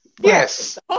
Yes